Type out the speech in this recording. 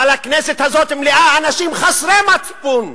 אבל הכנסת הזאת מלאה אנשים חסרי מצפון.